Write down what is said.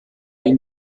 ihm